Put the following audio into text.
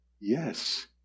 Yes